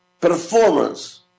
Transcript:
performance